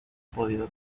podido